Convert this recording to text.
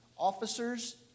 Officers